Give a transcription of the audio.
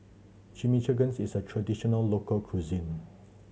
Chimichangas is a traditional local cuisine